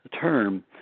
term